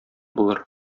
булыр